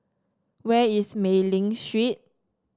where is Mei Ling Street